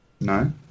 No